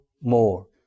more